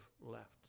left